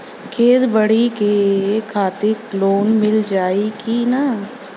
खेती बाडी के खातिर लोन मिल जाई किना?